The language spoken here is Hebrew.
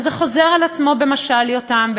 וזה חוזר על עצמו במשל יותם,